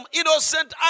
innocent